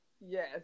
Yes